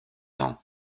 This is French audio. ans